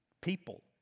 people